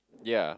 yea